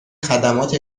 خدمات